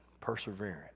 perseverance